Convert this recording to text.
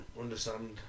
understand